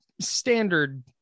standard